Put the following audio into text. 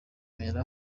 mirafa